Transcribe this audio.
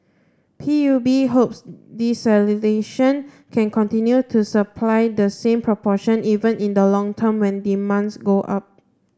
P U B hopes desalination can continue to supply the same proportion even in the long term when demands go up